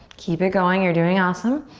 keep it going, you're doing awesome.